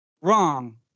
Wrong